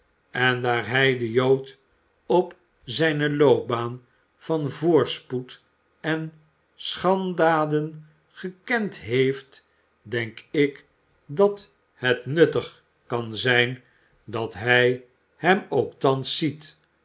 en daar hij den jood op zijne loopbaan van voorspoed en schanddaden gekend heeft denk ik dat het nuttig kan zijn dat hij hem ook thans ziet